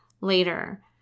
later